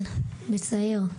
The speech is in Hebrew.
כן, מצער.